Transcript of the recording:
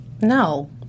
No